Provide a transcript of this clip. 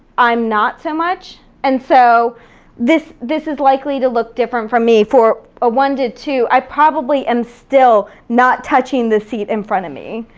i'm not so much, and so this this is likely to look different for me for a one to two. i probably am still not touching the seat in front of me.